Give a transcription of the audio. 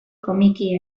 komiki